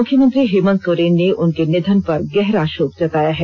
मुख्यमंत्री हेमंत सोरेन ने उनके निधन पर गहरा शोक जताया है